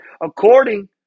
according